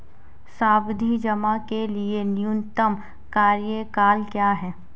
सावधि जमा के लिए न्यूनतम कार्यकाल क्या है?